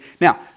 now